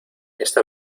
está